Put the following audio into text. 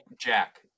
Jack